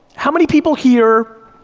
how many people here,